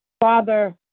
Father